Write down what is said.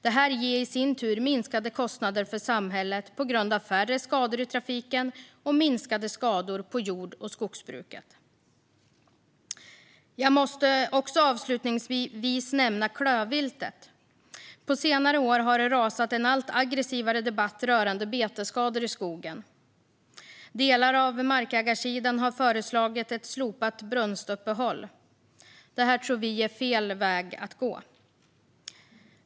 Detta ger i sin tur minskade kostnader för samhället på grund av färre skador i trafiken och minskade skador på jord och skogsbruket. Jag måste också avslutningsvis nämna klövviltet. På senare år har det rasat en allt aggressivare debatt rörande betesskador i skogen. Delar av markägarsidan har föreslagit ett slopat brunstuppehåll, men vi tror att det är fel väg att gå.